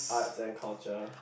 arts and culture